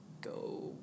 go